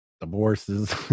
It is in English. divorces